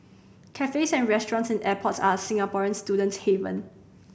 cafes and restaurants in airports are a Singaporean student's haven